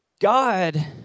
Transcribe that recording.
God